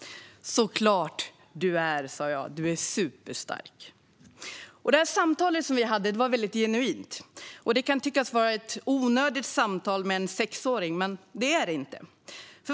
Såklart du har, sa jag. Du är superstark! Det samtal vi hade var väldigt genuint. Det kan tyckas vara ett onödigt samtal att ha med en sexåring, men det är det inte.